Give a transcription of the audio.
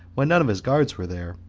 when none of his guards were there,